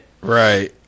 Right